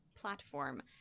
platform